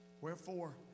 wherefore